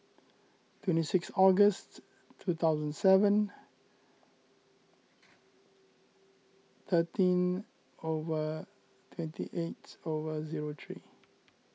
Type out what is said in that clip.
twenty six August two thousand seven thirteen hour twenty eight hour zero three